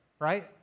Right